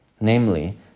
namely